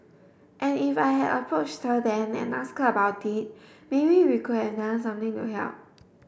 and if I had approached then and ask about it maybe we could have done something to help